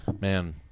Man